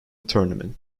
tournament